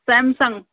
Samsung